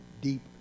deep